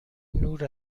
نور